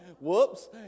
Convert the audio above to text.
whoops